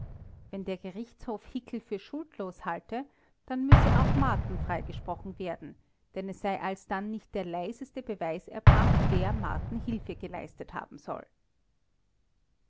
wenn der gerichtshof hickel für schuldlos halte dann müsse auch marten freigesprochen werden denn es sei alsdann nicht der leiseste beweis erbracht wer marten hilfe geleistet haben soll